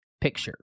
picture